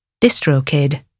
DistroKid